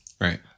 right